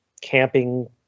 camping